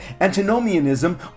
antinomianism